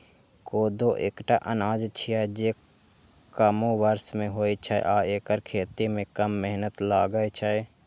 कोदो एकटा अनाज छियै, जे कमो बर्षा मे होइ छै आ एकर खेती मे कम मेहनत लागै छै